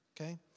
Okay